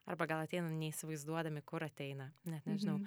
arba gal ateina neįsivaizduodami kur ateina net nežinau